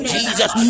Jesus